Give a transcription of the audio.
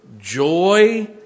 joy